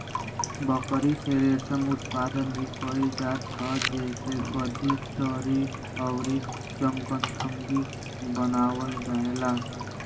बकरी से रेशा उत्पादन भी कइल जात ह जेसे गद्दी, दरी अउरी चांगथंगी बनावल जाएला